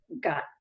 got